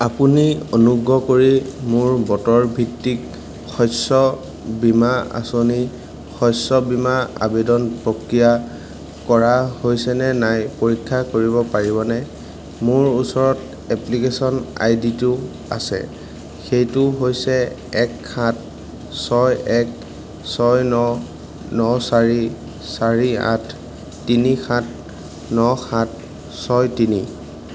আপুনি অনুগ্ৰহ কৰি মোৰ বতৰ ভিত্তিক শস্য বীমা আঁচনি শস্য বীমা আবেদন প্ৰক্ৰিয়া কৰা হৈছে নে নাই পৰীক্ষা কৰিব পাৰিবনে মোৰ ওচৰত এপ্লিকেচন আই ডি টো আছে সেইটো হৈছে এক সাত ছয় এক ছয় ন ন চাৰি চাৰি আঠ তিনি সাত ন সাত ছয় তিনি